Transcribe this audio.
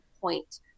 point